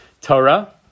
Torah